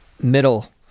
middle